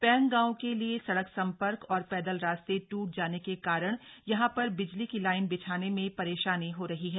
पैंग गांव के लिए सड़क संपर्क और पैदल रास्ते टूट जाने के कारण यहां पर बिजली की लाइन बिछाने में परेशानी हो रही है